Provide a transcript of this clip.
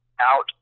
out